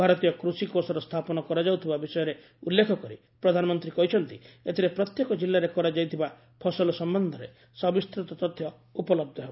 ଭାରତୀୟ କୃଷି କୋଷର ସ୍ଥାପନ କରାଯାଉଥିବା ବିଷୟରେ ଉଲ୍ଲେଖ କରି ପ୍ରଧାନମନ୍ତ୍ରୀ କହିଛନ୍ତି ଏଥିରେ ପ୍ରତ୍ୟେକ ଜିଲ୍ଲାରେ କରାଯାଇଥିବା ଫସଲ ସମ୍ଭନ୍ଧରେ ସବିସ୍ତୃତ ତଥ୍ୟ ଉପଲବ୍ଧ ହେବ